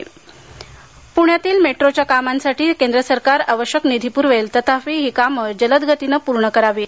प्ण्यातील मेट्रोच्या कामांसाठी केंद्र सरकार आवश्यक निधी प्रवेल तथापि ही काम जलदगतीने पूर्ण करावीत